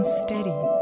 steady